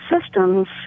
systems